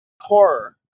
horror